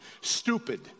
Stupid